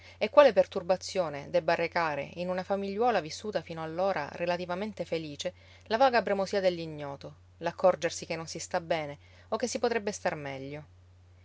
e quale perturbazione debba arrecare in una famigliuola vissuta fino allora relativamente felice la vaga bramosia dell'ignoto l'accorgersi che non si sta bene o che si potrebbe star meglio